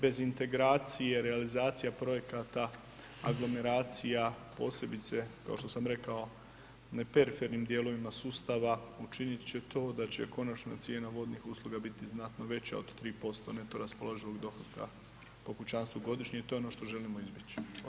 Bez integracije, realizacija projekata, aglomeracija posebice kao što sam rekao na perifernim dijelovima sustava učinit će to da će konačno cijena vodnih usluga biti znatno veća od 3% neto raspoloživog dohotka po kućanstvu godišnje i to je ono što želimo izbjeći.